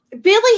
Billy